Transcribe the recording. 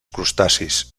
crustacis